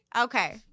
Okay